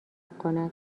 کند